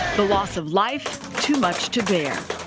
the loss of life too much to bear.